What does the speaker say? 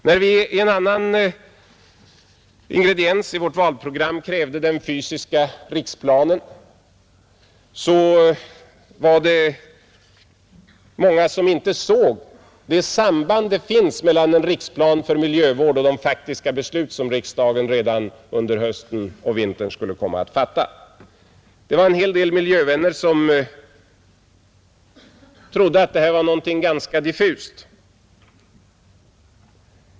När vi i en annan ingrediens i vårt valprogram krävde den fysiska riksplanen, var det många som inte såg det samband som finns mellan en riksplan för miljövård och de faktiska beslut som riksdagen under hösten och vintern skulle komma att fatta. Många trodde att detta var någonting ganska diffust.